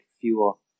fuel